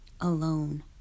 alone